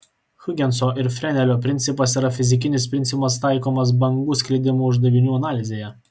hiugenso ir frenelio principas yra fizikinis principas taikomas bangų sklidimo uždavinių analizėje